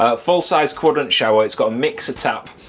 ah full-size quadrant shower, it's got a mixer tap,